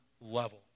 level